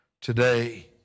today